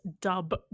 dub